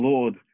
Lord